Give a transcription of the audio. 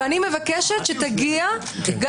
ואני מבקשת שתגיע גם